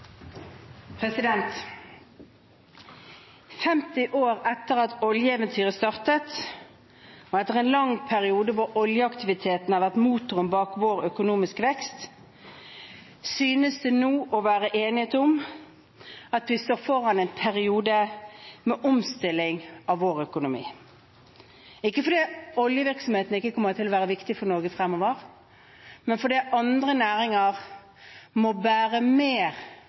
år etter at oljeeventyret startet, og etter en lang periode hvor oljeaktiviteten har vært motoren bak vår økonomiske vekst, synes det nå å være enighet om at vi står foran en periode med omstilling av vår økonomi – ikke fordi oljevirksomheten ikke kommer til å være viktig for Norge fremover, men fordi andre næringer må bære mer